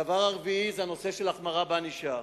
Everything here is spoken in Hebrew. הדבר הרביעי זה החמרה בענישה.